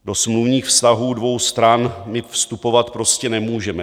Do smluvních vztahů dvou stran my vstupovat prostě nemůžeme.